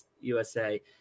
USA